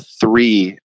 three